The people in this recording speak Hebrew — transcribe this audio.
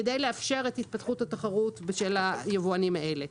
כדי לאפשר את התפתחות התחרות של היבואנים האלה.